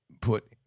put